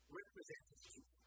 representative